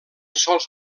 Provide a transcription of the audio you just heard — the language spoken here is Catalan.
sols